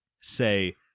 say